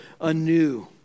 anew